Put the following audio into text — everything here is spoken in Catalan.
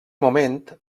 moment